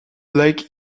lake